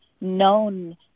known